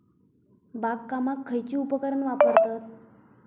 बागकामाक खयची उपकरणा वापरतत?